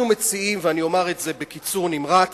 אנחנו מציעים, ואני אומר את זה בקיצור נמרץ,